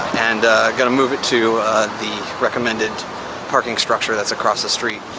and gonna move it to the recommended parking structure that's across the street.